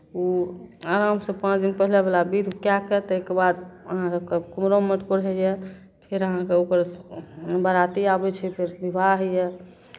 ओ आरामसँ पाँच दिन पहिलेवला विधि कए कऽ ताहिके बाद अहाँके तब कुम्हरम मटकोर होइए फेर अहाँके ओकर बराती आबै छै फेर विवाह होइए